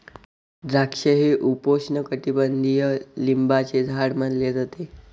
द्राक्षे हे उपोष्णकटिबंधीय लिंबाचे झाड मानले जाते